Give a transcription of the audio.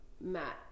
Matt